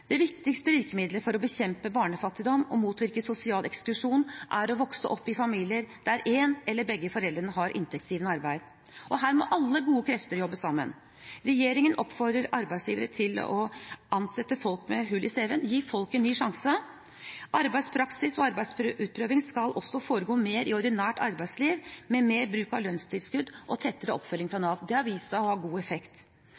Det viktigste virkemiddelet for å bekjempe barnefattigdom og motvirke sosial eksklusjon er å vokse opp i familier der en av – eller begge – foreldrene har inntektsgivende arbeid, og her må alle gode krefter jobbe sammen. Regjeringen oppfordrer arbeidsgivere til å ansette folk med hull i CV-en, gi folk en ny sjanse. Arbeidspraksis og arbeidsutprøving skal også foregå mer i ordinært arbeidsliv, med mer bruk av lønnstilskudd og tettere oppfølging fra Nav. Det har vist seg å ha god effekt.